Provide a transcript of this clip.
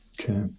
Okay